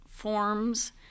Forms